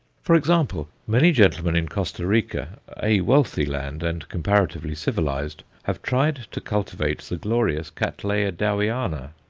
for example, many gentlemen in costa rica a wealthy land, and comparatively civilized have tried to cultivate the glorious cattleya dowiana.